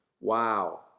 Wow